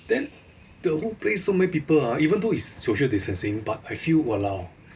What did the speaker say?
then the workplace so many people ah even though is social distancing but I feel !walao!